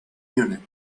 munich